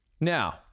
Now